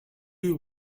you